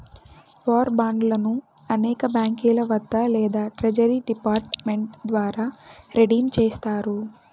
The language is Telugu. వార్ బాండ్లను అనేక బాంకీల వద్ద లేదా ట్రెజరీ డిపార్ట్ మెంట్ ద్వారా రిడీమ్ చేస్తారు